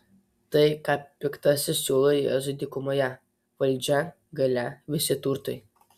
tai ką piktasis siūlo jėzui dykumoje valdžia galia visi turtai